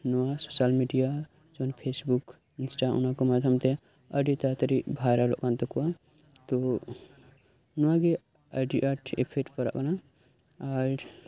ᱱᱚᱶᱟ social media ᱠᱷᱚᱱ Facebook insta ᱚᱱᱟ ᱠᱚ ᱢᱟᱫᱽᱫᱷᱚᱢ ᱛᱮ ᱟᱰᱤ ᱛᱟᱲᱟ ᱛᱟᱲᱤ ᱵᱷᱟᱭᱨᱟᱞ ᱚᱜ ᱠᱟᱱ ᱛᱟᱠᱚᱣᱟ ᱛᱚ ᱱᱚᱶᱟ ᱜᱮ ᱟᱰᱤ ᱟᱸᱴ ᱤᱯᱷᱮᱠᱴ ᱯᱟᱲᱟᱜ ᱠᱟᱱᱟ ᱟᱨ